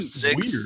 six